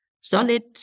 solid